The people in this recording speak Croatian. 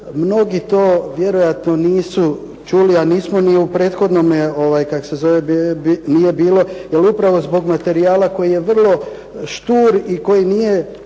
mnogi to vjerojatno nisu čuli, a nismo ni u prethodnome, kak' se zove nije bilo. Jer upravo zbog materijala koji je vrlo štur i koji nije